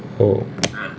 oh